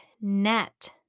net